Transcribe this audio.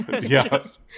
Yes